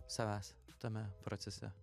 savęs tame procese